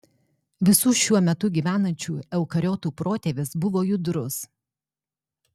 visų šiuo metu gyvenančių eukariotų protėvis buvo judrus